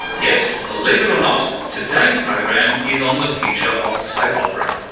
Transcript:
yes! believe it or not, today's program is on the future of soap opera.